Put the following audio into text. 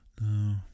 No